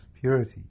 purity